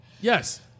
Yes